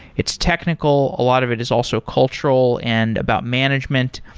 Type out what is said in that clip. its technical. a lot of it is also cultural and about management,